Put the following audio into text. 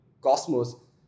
Cosmos